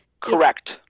Correct